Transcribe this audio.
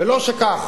ולא שכך,